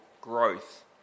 growth